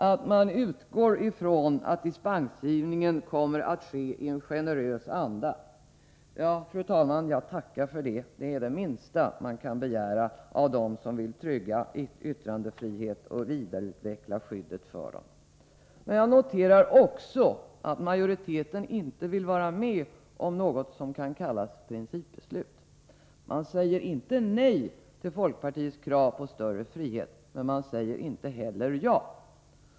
— att man utgår ifrån att dispensprövningen kommer att ske i en ”generös anda”. Jag tackar för det, men det är det minsta man kan begära av dem som vill trygga yttrandefriheten och vidareutveckla skyddet för den. Jag noterar också att utskottsmajoriteten inte vill vara med om något som kan kallas principbeslut. Man säger inte nej till folkpartiets krav på större frihet, men man säger inte heller ja.